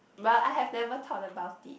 but I have never thought about it